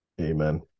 Amen